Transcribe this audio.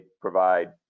provide